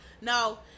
no